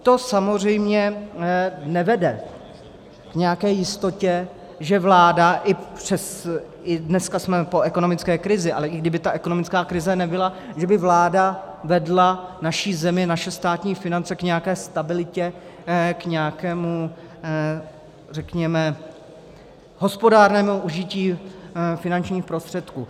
To samozřejmě nevede k nějaké jistotě dneska jsme po ekonomické krizi, ale i kdyby ta ekonomická krize nebyla že by vláda vedla naši zemi, naše státní finance k nějaké stabilitě, k nějakému, řekněme, hospodárnému užití finančních prostředků.